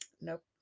nope